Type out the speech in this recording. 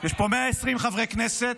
יש פה 120 חברי כנסת,